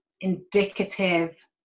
indicative